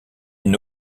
une